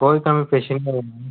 कोई कमी पेशी निं होग जनाब